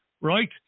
Right